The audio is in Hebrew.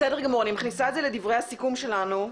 בסדר גמור, אני מכניסה את זה לדברי הסיכום שלנו.